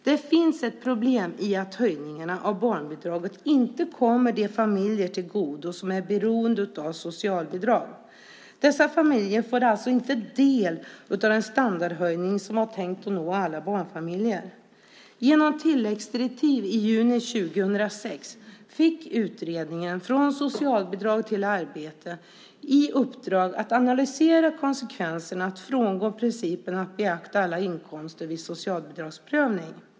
Det finns ett problem i att höjningarna av barnbidraget inte kommer de familjer till godo som är beroende av socialbidrag. Dessa familjer får inte del av den standardhöjning som var tänkt att nå alla barnfamiljer. Genom tilläggsdirektiv i juni 2006 fick utredningen Från socialbidrag till arbete i uppdrag att analysera konsekvenserna av att frångå principen att beakta alla inkomster vid socialbidragsprövning.